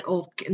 och